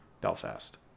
Belfast